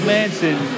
Manson